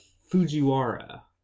Fujiwara